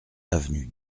avenue